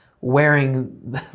wearing